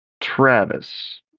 Travis